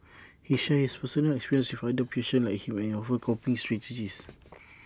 he shares his personal experiences with other patients like him and offers coping strategies